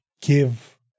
give